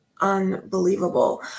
unbelievable